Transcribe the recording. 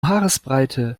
haaresbreite